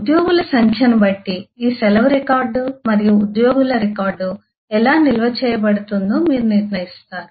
ఉద్యోగుల సంఖ్యను బట్టి ఈ సెలవు రికార్డు మరియు ఉద్యోగుల రికార్డు ఎలా నిల్వ చేయబడుతుందో మీరు నిర్ణయిస్తారు